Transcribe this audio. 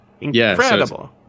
Incredible